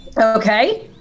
okay